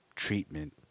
treatment